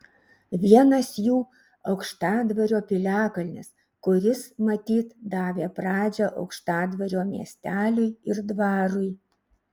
vienas jų aukštadvario piliakalnis kuris matyt davė pradžią aukštadvario miesteliui ir dvarui